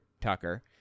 Tucker